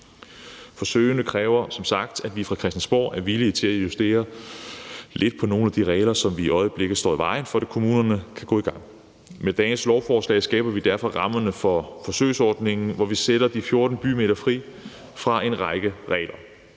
Forsøgene kræver som sagt, at vi fra Christiansborg er villige til at justere lidt på nogle af de regler, som i øjeblikket står i vejen for, at kommunerne kan gå i gang. Med dagens lovforslag skaber vi derfor rammerne for forsøgsordningen, hvor vi sætter de 14 bymidter fri fra en række regler,